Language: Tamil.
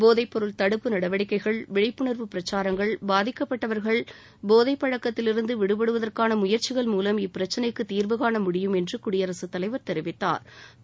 போதைப் பொருள் தடுப்புப் நடவடிக்கைகள் விழிப்புணர்வு பிரக்சுரங்கள் பாதிக்கப்பட்டவர்கள் போதை பழக்கத்திலிருந்து விடுபடுவதற்கான முயற்சிகள் மூலம் இப்பிரக்சினைக்கு தீர்வு காண முடியும் என்று குடியரகத் தலைவா் தெரிவித்தாா்